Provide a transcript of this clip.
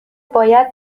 باید